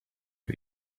you